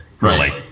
Right